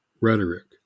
rhetoric